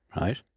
Right